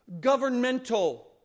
governmental